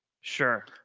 Sure